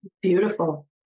Beautiful